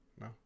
No